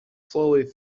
slowly